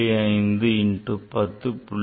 5 into 10